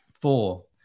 Four